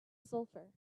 sulfur